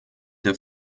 der